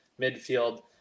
midfield